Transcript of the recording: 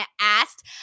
asked